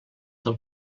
del